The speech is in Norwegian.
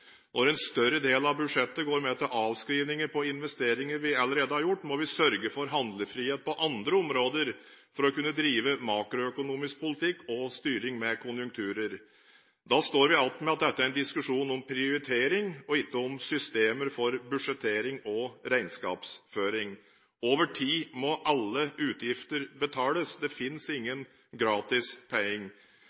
Når en større del av budsjettet går med til avskrivninger på investeringer vi allerede har gjort, må vi sørge for handlefrihet på andre områder for å kunne drive makroøkonomisk politikk og styring med konjunkturer. Da står vi tilbake med at dette er en diskusjon om prioritering og ikke om systemer for budsjettering og regnskapsføring. Over tid må alle utgifter betales. Det finnes ingen